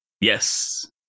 Yes